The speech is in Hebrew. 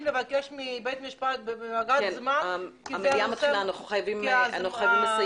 מבית המשפט ומבג"ץ זמן כי הנושא הזה מורכב.